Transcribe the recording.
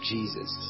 Jesus